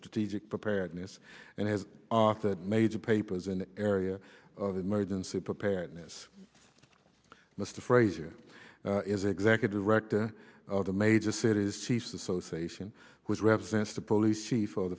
strategic preparedness and has authored major papers in the area of emergency preparedness mr fraser is executive director of the major cities chiefs association which represents the police chief of